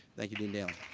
thank you, dean daley.